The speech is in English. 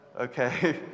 okay